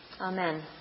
Amen